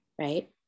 right